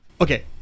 Okay